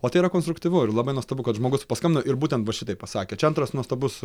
o tai yra konstruktyvu ir labai nuostabu kad žmogus paskambino ir būtent va šitaip pasakė čia antras nuostabus